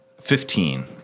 Fifteen